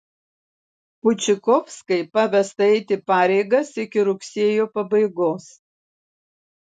počikovskai pavesta eiti pareigas iki rugsėjo pabaigos